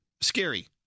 Scary